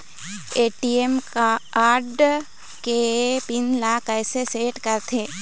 ATM card के PIN ला कैसे सेट करथे?